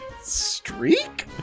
streak